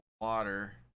water